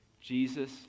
Jesus